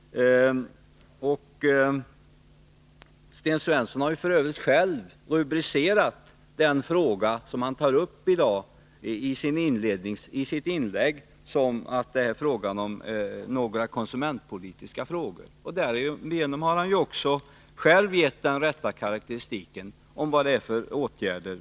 Sten Svensson har f. ö. själv rubricerat den fråga som han tar uppi dagii sitt inlägg. Han talar nämligen om konsumentpolititiska frågor. Därigenom han han själv angett den rätta karakteristiken när det gäller åtgärder.